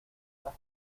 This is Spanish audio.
las